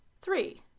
Three